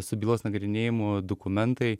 su bylos nagrinėjimu dokumentai